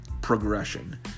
progression